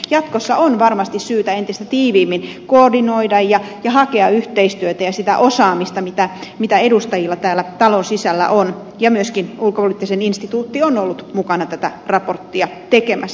jatkossa on varmasti syytä entistä tiiviimmin koordinoida ja hakea yhteistyötä ja sitä osaamista mitä edustajilla täällä talon sisällä on ja myöskin ulkopoliittinen instituutti on ollut mukana tätä raporttia tekemässä